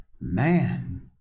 Man